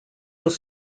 los